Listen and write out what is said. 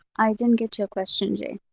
i didn't get your question, jay.